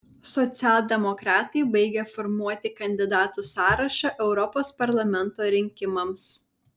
socialdemokratai baigė formuoti kandidatų sąrašą europos parlamento rinkimams